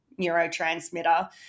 neurotransmitter